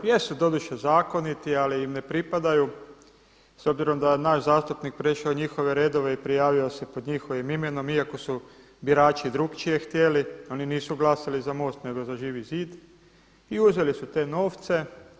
Jesu doduše zakoniti ali im ne pripadaju, s obzirom da je naš zastupnik prešao u njihove redove i prijavio se pod njihovim imenom iako su birači drukčije htjeli, oni nisu glasali za MOST nego za Živi zid i uzeli su te novce.